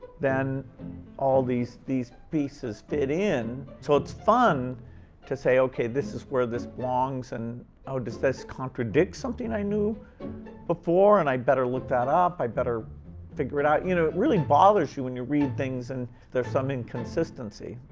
then all these these pieces fit in. so it's fun to say, okay, this is where this belongs and does this contradict something i knew before? and i better look that up, i better figure it out. you know, it really bothers you when you read things, and there's some inconsistency.